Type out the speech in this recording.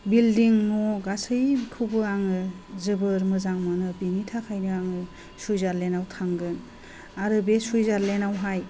building न' गासैखौबो आङो जोबोर मोजां मोनो बिनि थाखायनो आङो सुइजारलेण्डआव थांगोन आरो बे सुइजारलेण्डआवहाय